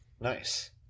Nice